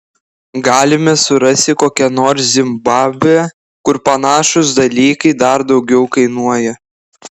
galime surasti kokią nors zimbabvę kur panašūs dalykai dar daugiau kainuoja